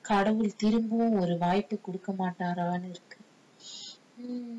கடவுள் திரும்பவும் ஒரு வாய்ப்பு கொடுக்க மாட்டேங்குறன்னு இருக்கு:kadavul thirumbavum oru vaaippu kodukka maattaeguraanu irukku